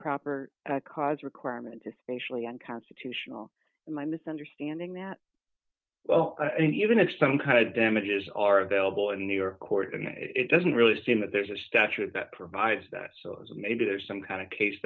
proper cause requirement to spatially unconstitutional my misunderstanding that well and even if some kind of damages are available in new york court and it doesn't really seem that there's a statute that provides that maybe there's some kind of case